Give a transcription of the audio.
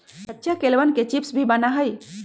कच्चा केलवन के चिप्स भी बना हई